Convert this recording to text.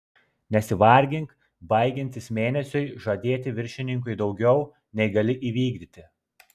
nesivargink baigiantis mėnesiui žadėti viršininkui daugiau nei gali įvykdyti